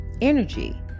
energy